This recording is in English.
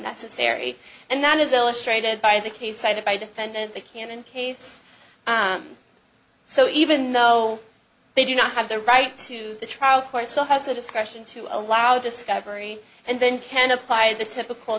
necessary and that is illustrated by the case cited by defendant the canon case so even though they do not have the right to the trial court so has the discretion to allow discovery and then can apply the typical